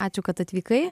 ačiū kad atvykai